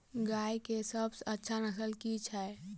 गाय केँ सबसँ अच्छा नस्ल केँ छैय?